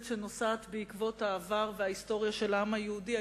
שנוסעת בעקבות העבר וההיסטוריה של העם היהודי,